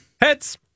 heads